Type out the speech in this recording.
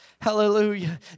hallelujah